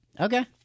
Okay